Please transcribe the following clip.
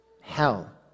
hell